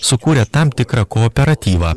sukūrė tam tikrą kooperatyvą